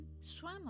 swam